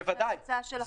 בלי ההוצאה של החל"ת.